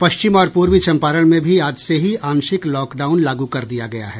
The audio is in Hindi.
पश्चिम और पूर्वी चंपारण में भी आज से ही आंशिक लॉकडाउन लागू कर दिया गया है